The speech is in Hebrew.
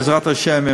בעזרת השם,